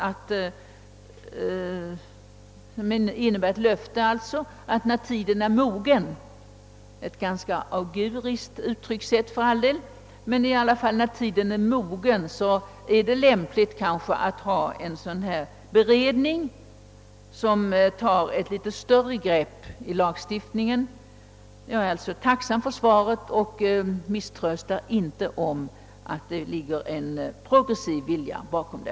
Det innebär ett löfte att det när tiden är mogen — ett för all del ganska auguriskt uttryckssätt — kan det bli lämpligt att ha en beredning som tar ett större grepp över lagstiftningen. Jag tackar för svaret och misströstar inte om den progressiva viljan bakom det.